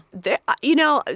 they're you know,